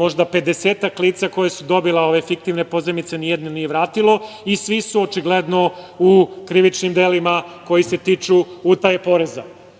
možda i pedesetak lica koja su dobile ove fiktivne pozajmice ni jedno nije vratilo i svi su, očigledno, u krivičnim delima koji se tiču utaje poreza.U